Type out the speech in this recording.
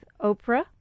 oprah